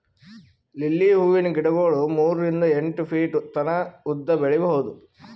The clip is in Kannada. ಲಿಲ್ಲಿ ಹೂವಿನ ಗಿಡಗೊಳ್ ಮೂರಿಂದ್ ಎಂಟ್ ಫೀಟ್ ತನ ಉದ್ದ್ ಬೆಳಿಬಹುದ್